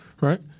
right